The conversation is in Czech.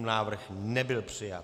Návrh nebyl přijat.